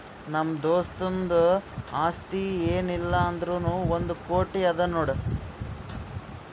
ನಮ್ದು ದೋಸ್ತುಂದು ಆಸ್ತಿ ಏನ್ ಇಲ್ಲ ಅಂದುರ್ನೂ ಒಂದ್ ಕೋಟಿ ಅದಾ ನೋಡ್